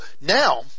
now